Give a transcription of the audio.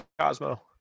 cosmo